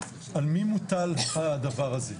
על מי מוטל בכלל הדבר הזה.